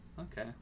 Okay